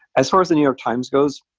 as far as the new york times goes,